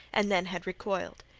and then had recoiled.